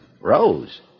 Rose